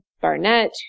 Barnett